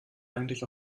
eigentlich